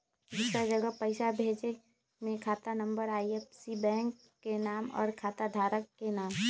दूसरा जगह पईसा भेजे में खाता नं, आई.एफ.एस.सी, बैंक के नाम, और खाता धारक के नाम?